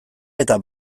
eta